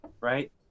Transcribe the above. right